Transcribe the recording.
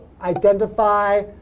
identify